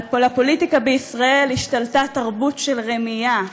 על הפוליטיקה בישראל השתלטה תרבות של רמייה,